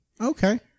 Okay